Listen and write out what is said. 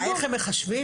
איך הם מחשבים?